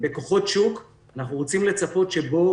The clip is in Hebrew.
ובכוחות שוק אנחנו רוצים לצפות שיהיה